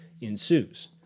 ensues